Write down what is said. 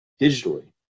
digitally